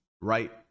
right